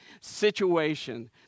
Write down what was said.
situation